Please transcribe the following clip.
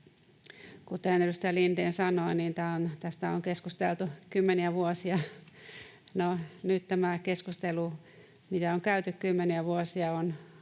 Kuten edustaja Lindén sanoi, tästä on keskusteltu kymmeniä vuosia. No nyt tämä keskustelu, mitä on käyty kymmeniä vuosia, on